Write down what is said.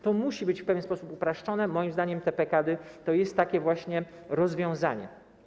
To musi być w pewien sposób uproszczone, moim zdaniem PKD to jest takie właśnie rozwiązanie.